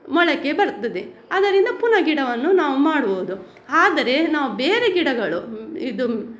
ಮೊಳಕೆ ಬರ್ತದೆ ಅದರಿಂದ ಪುನಃ ಗಿಡವನ್ನು ನಾವು ಮಾಡ್ಬೋದು ಆದರೆ ನಾವು ಬೇರೆ ಗಿಡಗಳು ಇದು